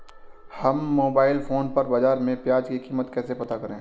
हम mobile phone पर बाज़ार में प्याज़ की कीमत कैसे पता करें?